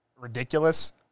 ridiculous